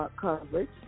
coverage